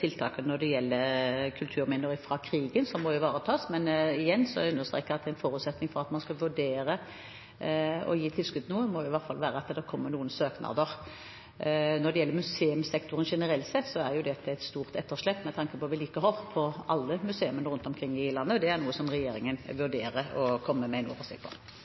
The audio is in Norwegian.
tiltakene når det gjelder kulturminner fra krigen, som må ivaretas, men igjen understreker jeg at en forutsetning for at man skal vurdere å gi tilskudd til noe, må hvert fall være at det kommer noen søknader. Når det gjelder museumssektoren generelt sett, er det et stort etterslep med tanke på vedlikehold på alle museene rundt omkring i landet, og det er noe som regjeringen vurderer å komme med en oversikt over. Jeg tillater meg å stille følgende spørsmål til barne-, likestillings- og inkluderingsministeren: «Regjeringen har sendt på